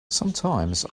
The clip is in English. sometines